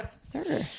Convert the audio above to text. sir